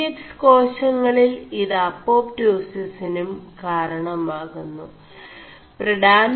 M D X േകാശÆളിൽ ഇത് അേçാç്ോസിനും കാരണമാകുMു